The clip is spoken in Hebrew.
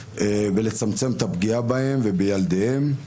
ולצמצם את הפגיעה בהם ובילדיהם.